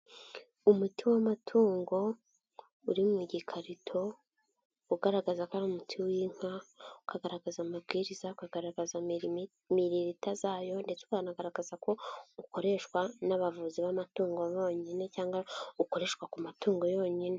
Umuti w'amatungo uri mu gikarito, ugaragaza ko ari umuti w'iyika, ukagaragaza amabwiriza ukagaragaza miri lita zayo ndetse ukanagaragaza ko ukoreshwa n'abavuzi bamatungo bonyine cyangwa ukoreshwa ku matungo yonyine.